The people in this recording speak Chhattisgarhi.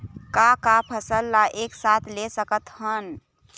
का का फसल ला एक साथ ले सकत हन?